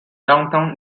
downtown